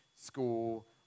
school